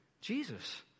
Jesus